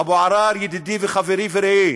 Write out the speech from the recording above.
אבו עראר ידידי חברי ורעי,